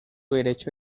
derecho